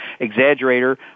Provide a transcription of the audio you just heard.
Exaggerator